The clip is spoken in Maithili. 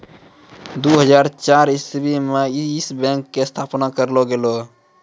दु हजार चार इस्वी मे यस बैंक के स्थापना करलो गेलै